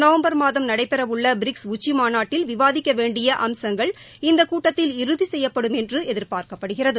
November மாதம் நடைபெறவுள்ள BRICS உச்சிமாநாட்டில் விவாதிக்க வேண்டிய அம்சங்கள் இந்த கூட்டத்தில் இறுதி செய்யப்படும் என்று எதிர்பார்க்கப்படுகிறது